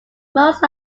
most